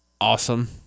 awesome